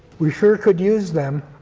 we sure could use them.